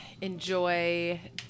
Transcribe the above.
enjoy